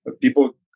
people